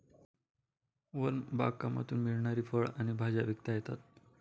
one बागकामातून मिळणारी फळं आणि भाज्या विकता येतात